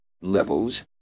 Levels